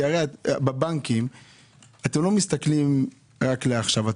בבנקים אתם לא מסתכלים רק על עכשיו,